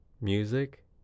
music